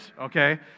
okay